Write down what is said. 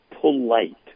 polite